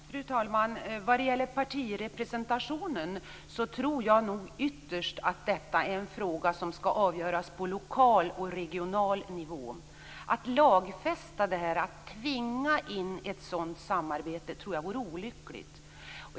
Fru talman! Vad gäller partirepresentationen tror jag nog att detta ytterst är en fråga som skall avgöras på lokal och regional nivå. Att lagfästa och tvinga in ett sådant samarbete tror jag vore olyckligt.